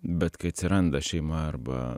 bet kai atsiranda šeima arba